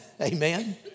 Amen